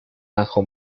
ajo